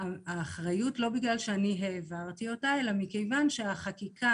האחריות לא בגלל שאני העברתי אותה אלא מכיוון שהחקיקה,